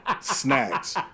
snacks